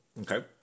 Okay